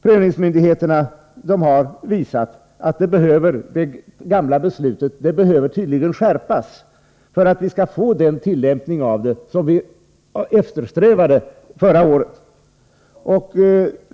Prövningsmyndigheterna har visat att det gamla beslutei behöver skärpas, för att vi skall få denna tillämpning som vi eftersträvade förra året.